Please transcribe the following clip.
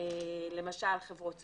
למשל חברות סלולר,